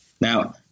Now